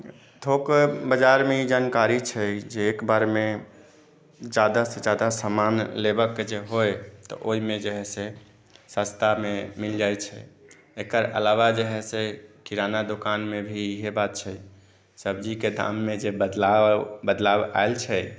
थोक बाजारमे ई जानकारी छै जे एक बारमे ज्यादासँ ज्यादा समान लेबयके जे होइ तऽ ओहिमे जे हइ से सस्तामे मिल जाइ छै एकर अलावा जे हइ से किराना दोकानमे भी इएह बात छै सब्जीके दाममे जे बदलाव बदलाव आयल छै